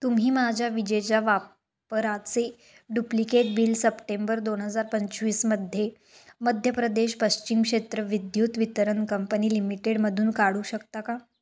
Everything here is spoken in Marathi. तुम्ही माझ्या विजेच्या वापराचे डुप्लिकेट बिल सप्टेंबर दोन हजार पंचवीसमध्ये मध्य प्रदेश पश्चिम क्षेत्र विद्युत वितरण कंपनी लिमिटेडमधून काढू शकता का